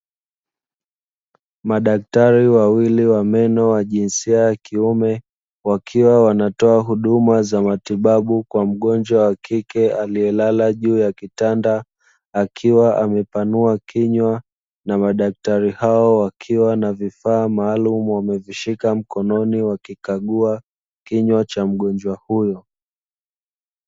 Madaktari wawili wa meno wa jinsia ya kiume wakiwa wanatoa huduma za matibabu kwa mgonjwa wa kike aliyelala juu ya kitanda, akiwa amepanua kinywa, na madaktari hao wakiwa na vifaa maalumu wamevishika mkononi, wakikagua kinywa cha mgonjwa huyo.